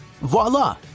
Voila